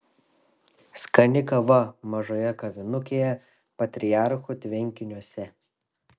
skani kava mažoje kavinukėje patriarchų tvenkiniuose